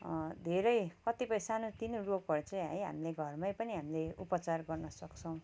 धेरै कतिपय सानो तिनो रोगहरू चाहिँ है हामीले घरमै पनि हामीले उपचार गर्न सक्छौँ